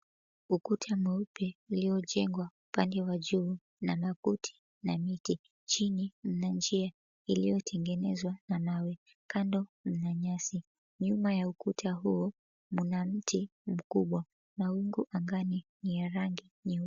Ukuta mweupe uliojengwa, upande wa juu mna makuti na miti. Chini mna njia iliyotengenezwa na mawe kando na nyasi. Nyuma ya ukuta huu mna mti mkubwa. Mawingu angani ni ya rangi nyeupe.